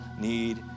need